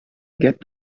get